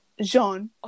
Jean